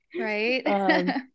Right